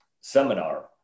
seminar